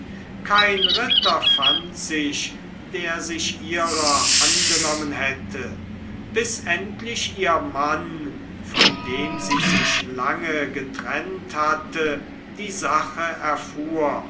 kein ritter fand sich der sich ihrer angenommen hätte bis endlich ihr mann von dem sie sich lange getrennt hatte die sache erfuhr